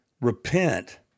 Repent